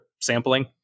sampling